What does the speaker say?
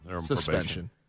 suspension